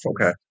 okay